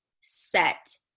set